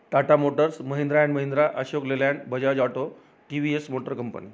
Tata Motors Mahindra and Mahindra Ashok Leyland Bajaj Auto T V S Motor company